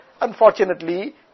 Unfortunately